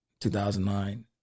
2009